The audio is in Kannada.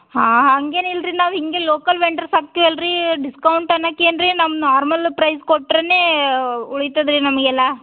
ಹಾಂ ಹಂಗೇನಿಲ್ಲ ರೀ ನಾವು ಹಿಂಗೆ ಲೋಕಲ್ ವೆಂಡರ್ಸ್ ಹಾಕ್ತೀವಲ್ಲ ರೀ ಡಿಸ್ಕೌಂಟ್ ಅನ್ನೋಕ್ ಏನ್ರಿ ನಮ್ಮ ನಾರ್ಮಲ್ ಪ್ರೈಸ್ ಕೊಟ್ರೇ ಉಳಿತದ ರೀ ನಮಗೆಲ್ಲಾ